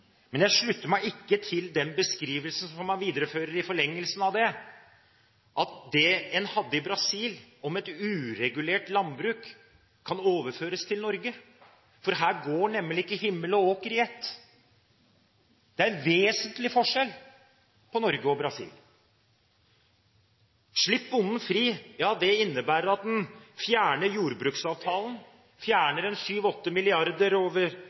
Men jeg slutter meg ikke til den beskrivelsen som han viderefører i forlengelsen av det, at det en har i Brasil, et uregulert landbruk, kan overføres til Norge. For her går nemlig ikke himmel og åker i ett, det er vesentlig forskjell på Norge og Brasil. Slipp bonden fri, ja det innebærer at en fjerner jordbruksavtalen, fjerner 7–8 mrd. kr over